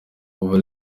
kuva